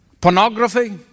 pornography